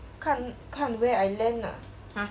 看看 where I land lah